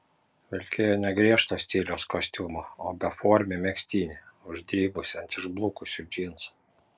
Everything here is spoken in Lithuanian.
vilkėjo ne griežto stiliaus kostiumą o beformį megztinį uždribusį ant išblukusių džinsų